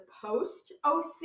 post-OC